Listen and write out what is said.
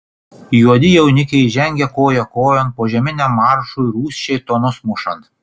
juodi jaunikiai žengia kojon požeminiam maršui rūsčiai tonus mušant